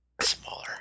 smaller